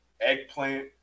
eggplant